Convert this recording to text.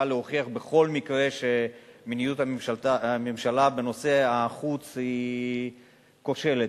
להוכיח בכל מקרה שמדיניות הממשלה בנושא החוץ כושלת.